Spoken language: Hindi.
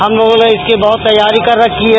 हम लोगों ने इसकी बहत तैयारी कर रखी है